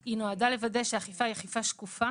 אלא היא נועדה לוודא שהאכיפה היא אכיפה שקופה